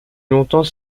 longtemps